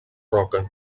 roca